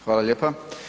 Hvala lijepa.